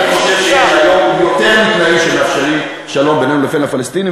אני חושב שיש היום יותר תנאים שמאפשרים שלום בינינו לבין הפלסטינים,